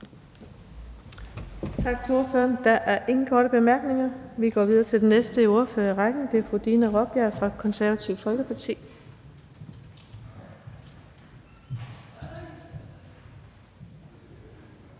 Tak til ordføreren. Der er ikke flere korte bemærkninger. Vi går videre til den næste ordfører i rækken, og det er hr. Nick Zimmermann fra Dansk Folkeparti. Kl.